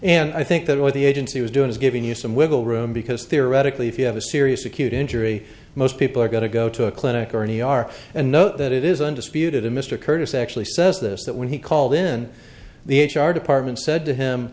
and i think that what the agency is doing is giving you some wiggle room because theoretically if you have a serious acute injury most people are going to go to a clinic or an e r and know that it is undisputed a mr curtis actually says this that when he called in the h r department said to him